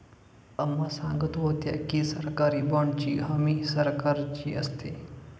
अम्मा सांगत होत्या की, सरकारी बाँडची हमी सरकारची असते